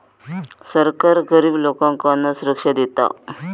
सरकार गरिब लोकांका अन्नसुरक्षा देता